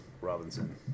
Robinson